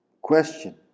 question